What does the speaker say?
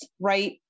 right